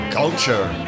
culture